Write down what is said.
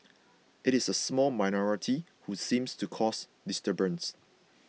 it is a small minority who seems to cause disturbance